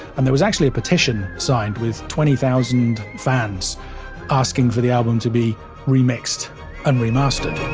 and there was actually a petition signed, with twenty thousand fans asking for the album to be remixed and remastered